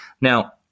Now